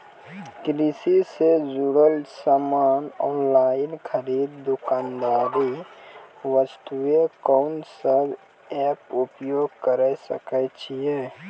कृषि से जुड़ल समान ऑनलाइन खरीद दुकानदारी वास्ते कोंन सब एप्प उपयोग करें सकय छियै?